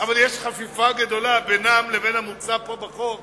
אבל יש חפיפה גדולה בינן לבין המוצע פה בחוק